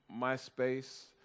MySpace